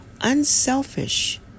unselfish